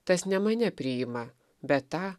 tas ne mane priima bet tą